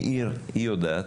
היא יודעת,